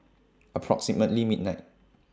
approximately midnight